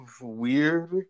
weird